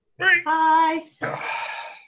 Hi